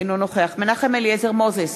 אינו נוכח מנחם אליעזר מוזס,